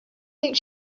think